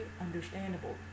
understandable